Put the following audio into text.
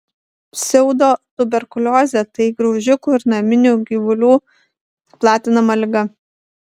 pseudotuberkuliozė tai graužikų ir naminių gyvulių platinama liga